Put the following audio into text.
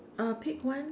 uh pick one